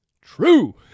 true